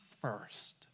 first